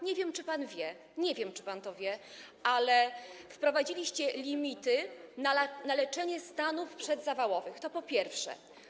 Nie wiem, czy pan wie, nie wiem, czy pan to wie, ale wprowadziliście limity na leczenie stanów przedzawałowych, to po pierwsze.